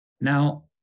Now